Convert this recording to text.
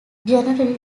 generally